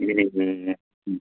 ए